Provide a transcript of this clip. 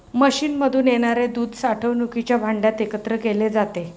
मशीनमधून येणारे दूध साठवणुकीच्या भांड्यात एकत्र केले जाते